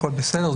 הכול בסדר.